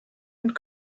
and